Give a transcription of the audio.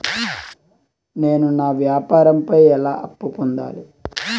నేను నా వ్యాపారం పై ఎలా అప్పు పొందాలి?